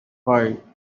five